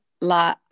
La